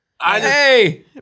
hey